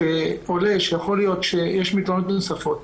שעולה שיכול להיות שיש מתלוננות נוספות,